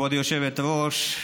כבוד היושבת-ראש,